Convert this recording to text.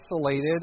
isolated